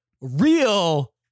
real